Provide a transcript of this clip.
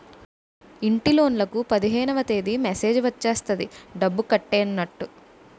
ఇంటిలోన్లకు పదిహేనవ తేదీ మెసేజ్ వచ్చేస్తది డబ్బు కట్టైనట్టు